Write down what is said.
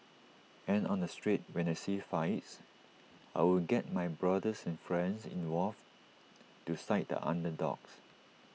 and on the street when I see fights I would get my brothers and friends involved to side the underdogs